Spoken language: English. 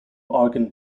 argon